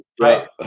right